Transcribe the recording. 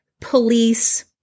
police